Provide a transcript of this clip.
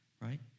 right